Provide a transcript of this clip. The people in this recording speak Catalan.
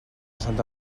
santa